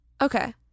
Okay